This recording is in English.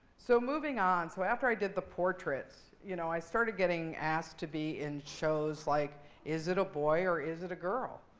so moving on, so after i did the portraits, you know i started getting asked to be in shows like is it a boy or is it a girl.